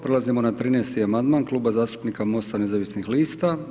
Prelazimo na 13. amandman Kluba zastupnika MOST-a nezavisnih lista.